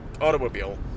automobile